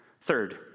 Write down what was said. Third